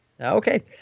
Okay